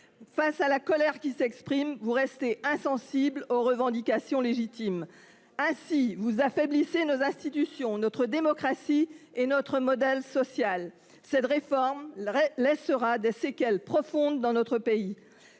Face à la colère qui s'exprime, vous restez insensible aux revendications légitimes. Ainsi, vous affaiblissez nos institutions, notre démocratie et notre modèle social. Cette réforme laissera des séquelles profondes dans notre pays.